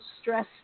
Stress